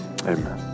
amen